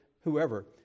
whoever